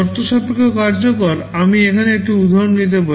শর্তসাপেক্ষ কার্যকর আমি এখানে একটি উদাহরণ নিতে পারি